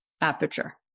aperture